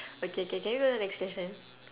okay okay can you go to the next question